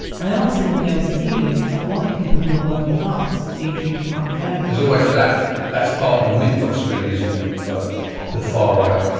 i asked him if there was a feeling of white people who were working class being treated unfairly there's always that that's part of the mythos really isn't it of the far right.